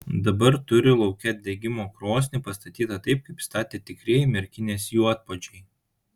dabar turi lauke degimo krosnį pastatytą taip kaip statė tikrieji merkinės juodpuodžiai